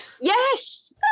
Yes